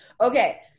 Okay